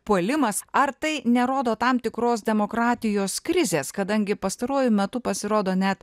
puolimas ar tai nerodo tam tikros demokratijos krizės kadangi pastaruoju metu pasirodo net